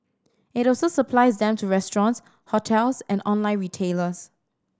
it also supplies them to restaurants hotels and online retailers